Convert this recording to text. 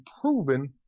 proven